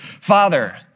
father